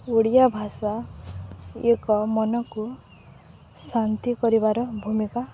ଓଡ଼ିଆ ଭାଷା ଏକ ମନକୁ ଶାନ୍ତି କରିବାର ଭୂମିକା